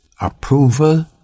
approval